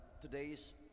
today's